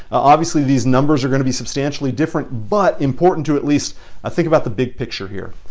obviously, these numbers are going to be substantially different but important to at least think about the big picture here.